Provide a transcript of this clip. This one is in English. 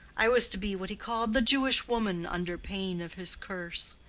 i was to be what he called the jewish woman under pain of his curse.